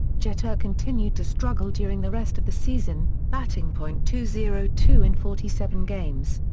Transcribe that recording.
jeter continued to struggle during the rest of the season, batting point two zero two in forty seven games.